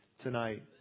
tonight